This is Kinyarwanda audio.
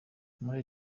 muri